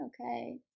okay